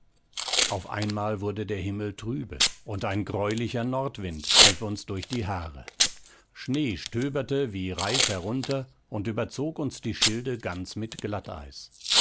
auf einmal wurde der himmel trübe und ein greulicher nordwind pfiff uns durch die haare schnee stöberte wie reif herunter und überzog uns die schilde ganz mit glatteis